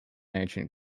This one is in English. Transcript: ancient